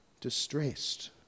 distressed